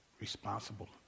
responsible